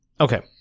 okay